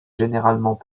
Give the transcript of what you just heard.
généralement